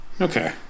okay